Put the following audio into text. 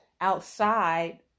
outside